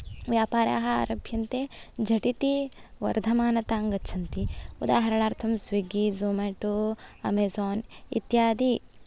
व्यापाराः आरभ्यन्ते झटिति वर्धमानतां गच्छन्ति उदाहरणार्थं स्विग्गि ज़ोमाटो अमेज़ान् इत्यादि